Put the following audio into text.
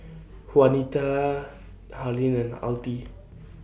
Juanita Harlene and Altie